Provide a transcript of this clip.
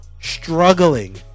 struggling